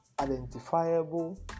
Identifiable